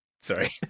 Sorry